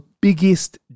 biggest